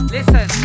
Listen